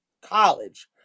college